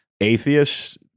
atheists